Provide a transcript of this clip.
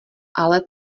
ale